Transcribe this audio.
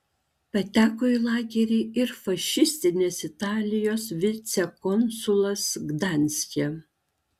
pateko į lagerį ir fašistinės italijos vicekonsulas gdanske